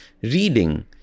reading